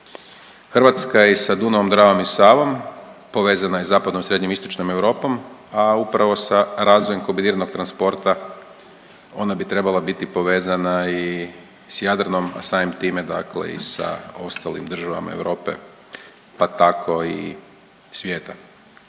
Hrvatska je i sa Dunavom, Dravom i Savom povezana i zapadnom i srednjoistočnom Europom, a upravo sa razvojem kombiniranog transporta ona bi trebala biti povezana i s Jadranom, a samim time dakle i sa ostalim državama Europe, pa tako i svijete.